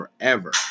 forever